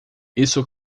isso